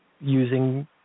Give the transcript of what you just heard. using